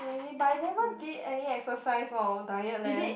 oh really but I never did any exercise or diet leh